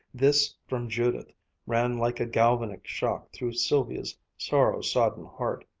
this from judith ran like a galvanic shock through sylvia's sorrow-sodden heart.